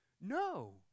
No